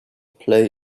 play